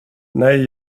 nej